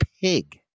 pig